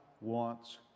wants